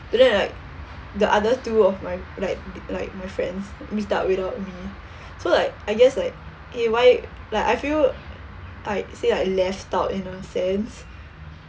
but then it like the other two of my like like my friends meet up without me so like I guess like eh why like I feel I say like left out in a sense